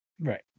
Right